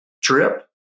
trip